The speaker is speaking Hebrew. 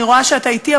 אני רואה שאתה אתי,